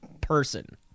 person